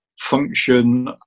function